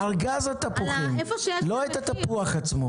בארגז תפוזים לא שמים על כל תפוז,